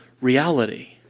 reality